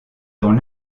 dans